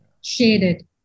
shaded